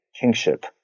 kingship